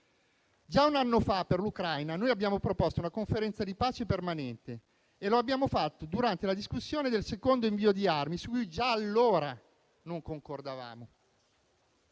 Già un anno fa per l'Ucraina noi abbiamo proposto una conferenza di pace permanente e lo abbiamo fatto durante la discussione del secondo invio di armi su cui già allora non concordavamo.